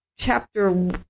chapter